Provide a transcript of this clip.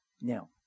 Now